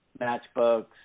matchbooks